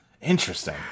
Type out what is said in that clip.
Interesting